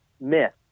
myth